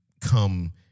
come